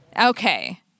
Okay